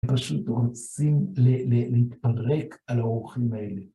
פשוט רוצים להתפרק על האורחים האלה.